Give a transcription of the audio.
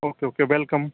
okay okay welcome